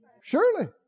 Surely